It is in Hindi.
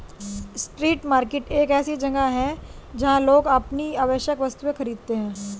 स्ट्रीट मार्केट एक ऐसी जगह है जहां लोग अपनी आवश्यक वस्तुएं खरीदते हैं